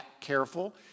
careful